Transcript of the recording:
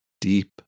deep